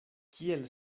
kiel